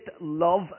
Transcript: love